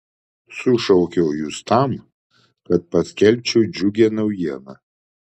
sušaukiau jus tam kad paskelbčiau džiugią naujieną